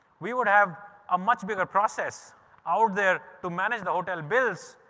we would have a much bigger process out there to manage the hotel bills,